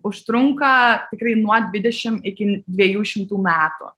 užtrunka tikrai nuo dvidešim iki dviejų šimtų metų